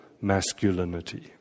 masculinity